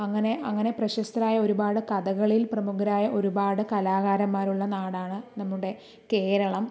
അങ്ങനെ അങ്ങനെ പ്രശസ്തരായ ഒരുപാട് കഥകളിൽ പ്രമുഖരായ ഒരുപാട് കലാകാരന്മാരുള്ള നാടാണ് നമ്മുടെ കേരളം